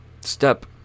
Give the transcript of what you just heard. step